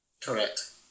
Correct